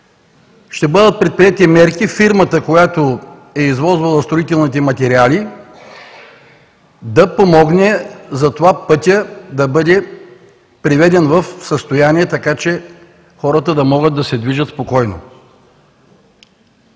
ще бъдат предприети мерки фирмата, която е извозвала строителните материали, да помогне за това пътят да бъде приведен в състояние така, че хората да могат да се движат спокойно.